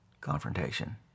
confrontation